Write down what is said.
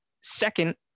Second